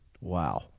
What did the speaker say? wow